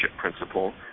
principle